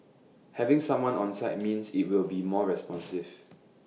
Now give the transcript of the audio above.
having someone on site means IT will be more responsive